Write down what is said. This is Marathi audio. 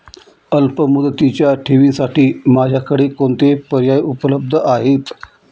अल्पमुदतीच्या ठेवींसाठी माझ्याकडे कोणते पर्याय उपलब्ध आहेत?